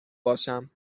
باشم